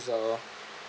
uh